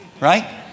right